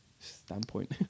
standpoint